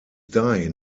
dahin